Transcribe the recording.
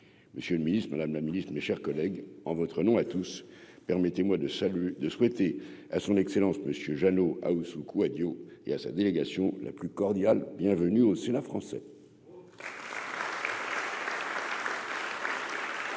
monsieur le Ministre, Madame la Ministre, mes chers collègues, en votre nom à tous, permettez-moi de salut de souhaiter à son excellence Monsieur Jeannot Ahoussou Kouadio et à sa délégation la plus cordiale bienvenue au Sénat français.